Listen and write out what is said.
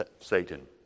Satan